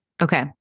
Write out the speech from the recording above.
okay